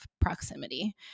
proximity